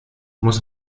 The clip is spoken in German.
muss